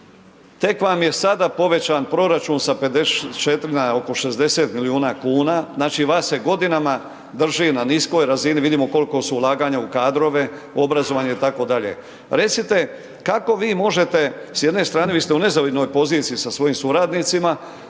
tek vam je sada povećan proračun sa 54 na oko 60 milijuna kuna, znači vas se godinama drži na niskoj razini, vidimo koliko su ulaganja u kadrove, obrazovanje itd. Recite, kako vi možete s jedne strane, vi ste u nezavidnoj poziciji sa svojim suradnicima,